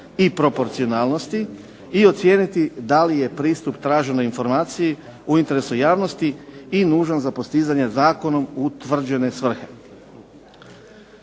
i proporcionalnosti i ocijeniti da li je pristup traženoj informaciji u interesu javnosti i nužnost za postizanjem zakonom utvrđene svrhe.